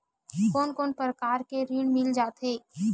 कोन कोन प्रकार के ऋण मिल जाथे?